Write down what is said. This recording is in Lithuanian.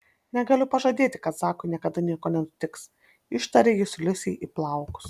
negaliu pažadėti kad zakui niekada nieko nenutiks ištarė jis liusei į plaukus